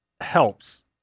helps